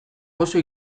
oso